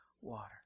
water